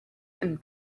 and